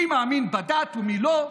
מי מאמין בדת ומי לא,